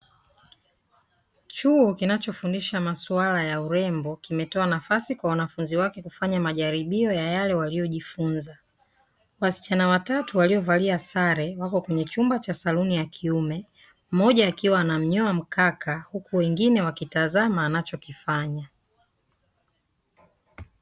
Chuo kinachofundisha masuala ya urembo kimetoa nafasi kwa wanafunzi wake kufanya majaribio ya yale waliyojifunza. Wasichana watatu waliovalia sare, wako kwenye chumba cha saluni ya kiume, mmoja akiwa anamnyoa mkaka huku wengine wakitazama anachokifanya.